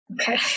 Okay